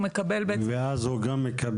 הוא בעצם מקבל --- ואז הוא גם מקבל